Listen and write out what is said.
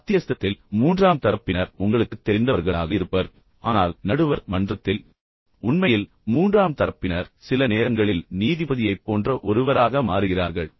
இப்போது மத்தியஸ்தத்தில் வழக்கமாக மூன்றாம் தரப்பினர் உங்களுக்குத் தெரிந்தவர்களாக இருப்பர் ஆனால் நடுவர் மன்றத்தில் உண்மையில் மூன்றாம் தரப்பினர் சில நேரங்களில் நீதிபதியைப் போன்ற ஒருவராக மாறுகிறார்கள்